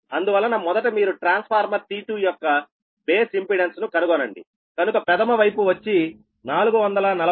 అందువలన మొదట మీరు ట్రాన్స్ఫార్మర్ T2 యొక్క బేస్ ఇంపెడెన్స్ ను కనుగొనండి కనుక ప్రథమ వైపు వచ్చి 440 V